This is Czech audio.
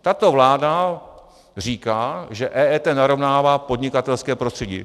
Tato vláda říká, že EET narovnává podnikatelské prostředí.